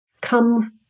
come